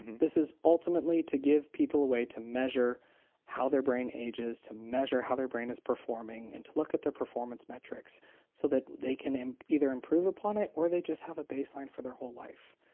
this is ultimately to give people a way to measure how their brain ages to measure how their brain is performing and to look at their performance metrics so that they can either improve upon it or they just have a baseline for their whole life.